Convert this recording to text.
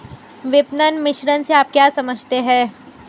विपणन मिश्रण से आप क्या समझते हैं?